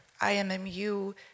IMMU